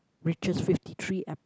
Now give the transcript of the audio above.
reaches fifty three ep~